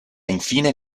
infine